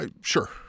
sure